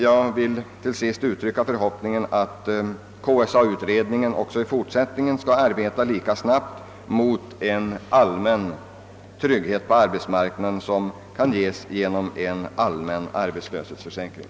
Jag vill till sist uttrycka förhoppningen att KSA-utredningen även i fortsättningen skall arbeta lika snabbt mot den trygghet på arbetsmarknaden som kan åstadkommas genom en allmän arbetslöshetsförsäkring.